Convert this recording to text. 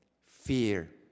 fear